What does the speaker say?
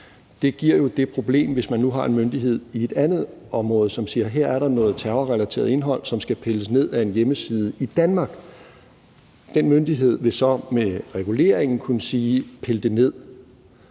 Det giver jo et problem, hvis man nu har en myndighed i et andet område, som siger, at der her er noget terrorrelateret indhold, som skal pilles ned fra en hjemmeside i Danmark. Den myndighed vil så med reguleringen kunne sige: Pil det ned.